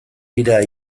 dira